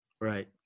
Right